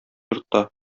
йортта